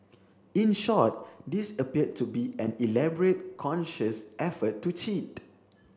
in short this appeared to be an elaborate conscious effort to cheat